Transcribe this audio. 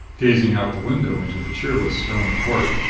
gazing out the window into the cheerless stone court.